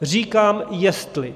Říkám jestli.